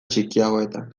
txikiagoetan